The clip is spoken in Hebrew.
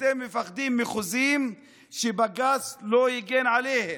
אתם מפחדים מחוזים שבג"ץ לא יגן עליהם.